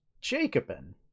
Jacobin